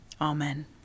amen